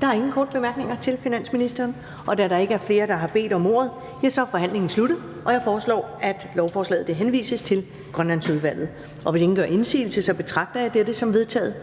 Der er ingen korte bemærkninger til finansministeren. Da der ikke er flere, der har bedt om ordet, er forhandlingen sluttet. Jeg foreslår, at lovforslaget henvises til Grønlandsudvalget. Hvis ingen gør indsigelse, betragter jeg dette som vedtaget.